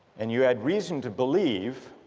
and you had reason to believe